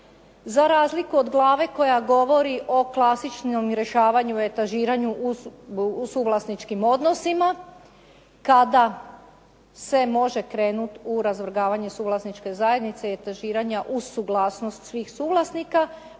za razliku od glave koja govori o klasičnom rješavanju i etažiranju u suvlasničkim odnosima, kada se može krenuti u razvrgavanju suvlasničke zajednice i etažiranja uz suglasnost svih suvlasnika.